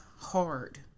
hard